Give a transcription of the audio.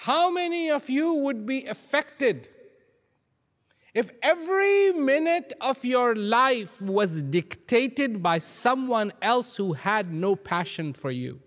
how many a few would be affected if every minute of your life was dictated by someone else who had no passion for you